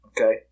Okay